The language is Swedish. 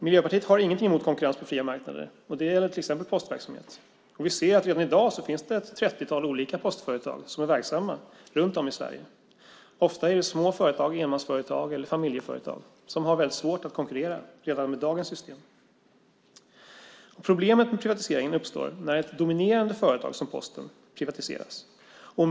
Miljöpartiet har inget emot konkurrens på fria marknader. Det gäller till exempel postverksamhet. Redan i dag finns ett trettiotal olika postföretag som är verksamma runt om i Sverige. Ofta är det små företag, enmansföretag eller familjeföretag, som har svårt att konkurrera redan med dagens system. Problemet med privatiseringen uppstår när ett dominerande företag som Posten privatiseras.